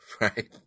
right